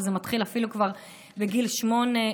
וזה מתחיל אפילו כבר בגיל שמונה,